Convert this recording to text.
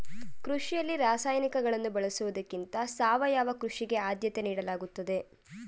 ಕೃಷಿಯಲ್ಲಿ ರಾಸಾಯನಿಕಗಳನ್ನು ಬಳಸುವುದಕ್ಕಿಂತ ಸಾವಯವ ಕೃಷಿಗೆ ಆದ್ಯತೆ ನೀಡಲಾಗುತ್ತದೆ